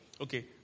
Okay